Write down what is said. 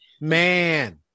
man